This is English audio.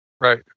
Right